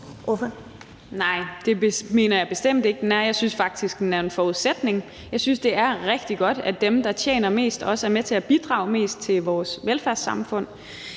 Nej, det mener jeg bestemt ikke, den er; jeg synes faktisk, den er en forudsætning. Jeg synes, det er rigtig godt, at dem, der tjener mest, også er med til at bidrage mest til vores velfærdssamfund.